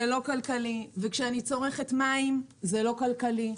וכשאני צורכת מים זה לא כלכלי,